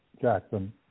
Jackson